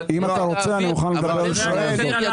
אם אתה רוצה, אני מוכן לדבר על העובדות.